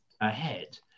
ahead